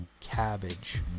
cabbage